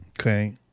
Okay